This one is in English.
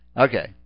Okay